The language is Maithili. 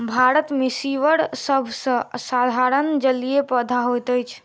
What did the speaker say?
भारत मे सीवर सभ सॅ साधारण जलीय पौधा होइत अछि